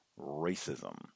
racism